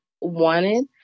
wanted